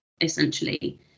essentially